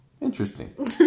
Interesting